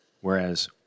whereas